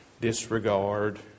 disregard